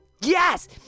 Yes